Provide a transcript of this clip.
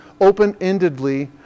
open-endedly